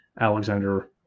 Alexander